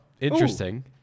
interesting